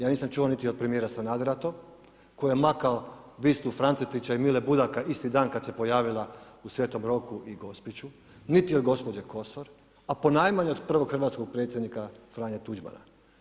Ja nisam čuo niti od premijera Sanadera to, koji je makao bistu Francetića i Mile Budaka isti dan kad se pojavila u Svetom Roku i Gospiću, niti od gospođe Kosor, a ponajmanje od prvog hrvatskog predsjednika Franje Tuđmana.